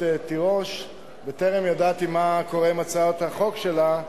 תירוש בטרם ידעתי מה קורה עם הצעת החוק שלה,